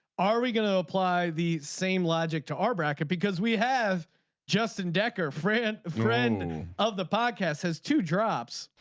are we going to apply the same logic to our bracket. because we have justin decker friend a friend of the podcast has two drops.